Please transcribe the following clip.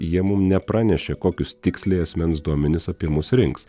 jie mum nepranešė kokius tiksliai asmens duomenis apie mus rinks